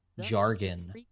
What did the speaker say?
jargon